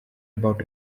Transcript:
about